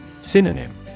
Synonym